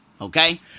Okay